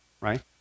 right